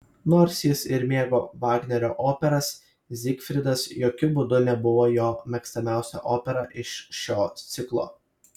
nors jis ir mėgo vagnerio operas zigfridas jokiu būdu nebuvo jo mėgstamiausia opera iš šio ciklo